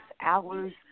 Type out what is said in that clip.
Hours